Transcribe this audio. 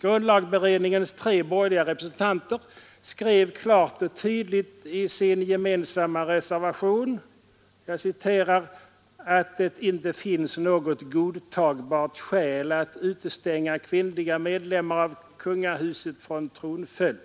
Grundlagberedningens tre borgerliga representanter skrev klart och tydligt i sin gemensamma reservation att ”det inte finns något godtagbart skäl att utestänga kvinnliga medlemmar av kungahuset från tronföljd.